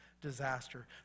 disaster